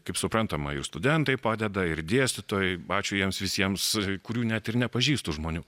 kaip suprantama ir studentai padeda ir dėstytojai ačiū jiems visiems kurių net ir nepažįstu žmonių